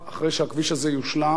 אחרי שהכביש הזה יושלם,